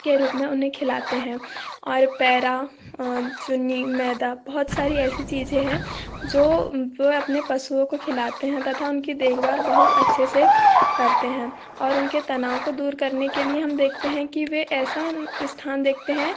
के रूप में उन्हें खिलाते हैं और पैरा चुन्नी मैदा बहुत सारी ऐसी चीज़ें हैं जो वे अपने पशुओं को खिलाते हैं तथा उनकी देखभाल बहुत अच्छे से करते हैं और उनके तनाव को दूर करने के लिए हम देखते हैं कि वे ऐसा स्थान देखते हैं